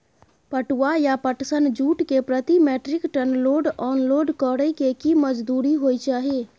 पटुआ या पटसन, जूट के प्रति metric ton load unload करै के की मजदूरी होय चाही?